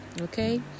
okay